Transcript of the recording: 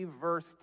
verse